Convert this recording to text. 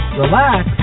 relax